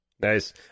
Nice